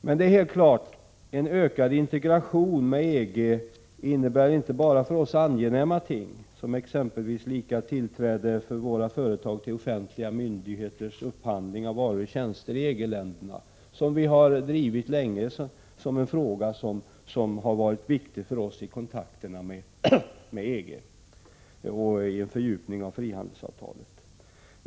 Men det är helt klart: en ökad integration med EG innebär inte bara för oss angenäma ting, som lika tillträde för våra företag till offentliga myndigheters upphandling av varor och tjänster i EG-länderna, en fråga som vi drivit länge och som varit viktig för oss i kontakterna med EG, liksom frågan om en fördjupning av frihandelsavtalet.